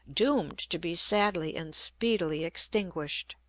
doomed to be sadly and speedily extinguished.